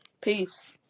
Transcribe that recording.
Peace